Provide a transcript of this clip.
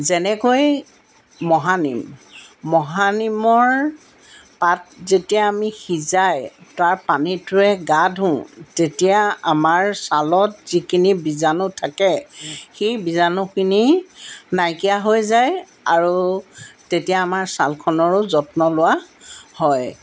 যেনেকৈ মহানিম মহানিমৰ পাত যেতিয়া আমি সিজাই তাৰ পানীটোৰে গা ধোওঁ তেতিয়া আমাৰ ছালত যিখিনি বীজাণু থাকে সেই বীজাণুখিনি নাইকিয়া হৈ যায় আৰু তেতিয়া আমাৰ ছালখনৰো যত্ন লোৱা হয়